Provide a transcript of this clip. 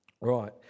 Right